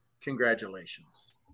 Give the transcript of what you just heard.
congratulations